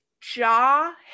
jaw